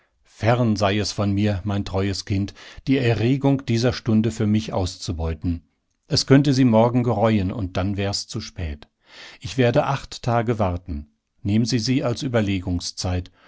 fern sei es von mir mein teures kind die erregung dieser stunde für mich auszubeuten es könnte sie morgen gereuen und dann wär's zu spät ich werde acht tage warten nehmen sie sie als